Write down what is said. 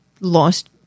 lost